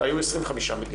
אלא יהיו 25 מיליון.